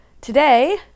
Today